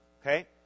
okay